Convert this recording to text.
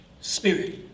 spirit